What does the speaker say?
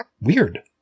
weird